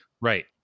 right